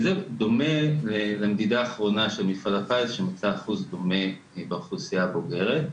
דומה למדידה האחרונה של מפעל הפיס שמצאה אחוז דומה באוכלוסייה הבוגרת.